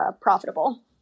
profitable